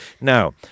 Now